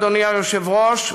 אדוני היושב-ראש,